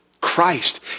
Christ